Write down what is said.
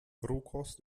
rohkost